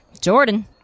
Jordan